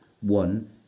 one